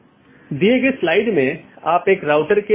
जबकि जो स्थानीय ट्रैफिक नहीं है पारगमन ट्रैफिक है